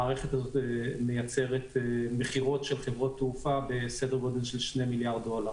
המערכת מייצרת מכירות של חברות תעופה בסדר גודל של שני מיליארד דולר.